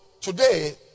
today